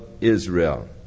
Israel